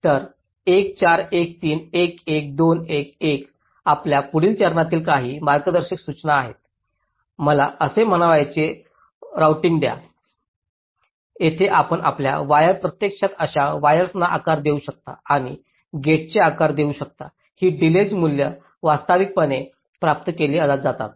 तर 1 4 1 3 1 1 2 3 1 आपल्या पुढील चरणातील काही मार्गदर्शक सूचना आहेत मला असे म्हणायचे रोऊटिंग द्या जेथे आपण आपल्या वायर्सप्रत्यक्षात अशा वायर्सना आकार देऊ शकता किंवा गेट्सचे आकार देऊ शकता ही डिलेज मूल्ये वास्तविकपणे प्राप्त केली जातात